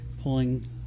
pulling